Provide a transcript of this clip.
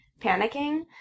panicking